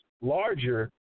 larger